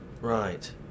Right